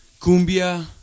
cumbia